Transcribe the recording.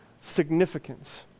significance